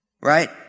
right